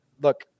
look